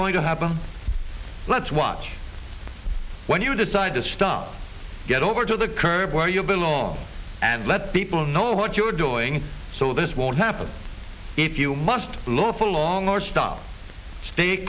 going to happen let's watch when you decide to stop get over to the curb where you belong and let people know what you're doing so this won't happen if you must look for long or stop stay